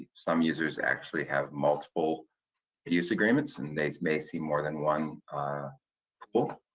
some users actually have multiple use agreements and they may see more than one pool.